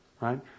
right